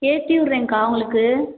ஏற்றி விடுறேன்க்கா உங்களுக்கு